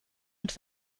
und